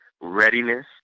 readiness